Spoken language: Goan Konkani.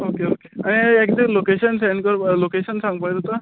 ओके ओके हे एकस्के लोकेशन स्नड कर पो लोकेशन सांग पळोवया